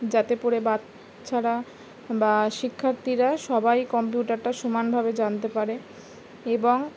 যাতে পড়ে বাচ্চারা বা শিক্ষার্থীরা সবাই কম্পিউটারটা সমানভাবে জানতে পারে এবং